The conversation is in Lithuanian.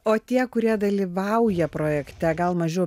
o tie kurie dalyvauja projekte gal mažiau